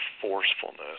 forcefulness